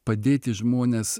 padėti žmones